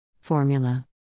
Formula